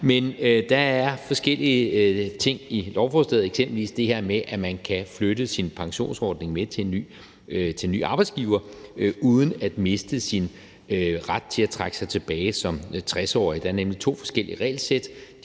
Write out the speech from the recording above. men der er forskellige ting i lovforslaget. Eksempelvis er der det her med, at man kan flytte sin pensionsordning med til en ny arbejdsgiver uden at miste sin ret til at trække sig tilbage som 60-årig. Der er nemlig to forskellige regelsæt.